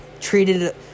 treated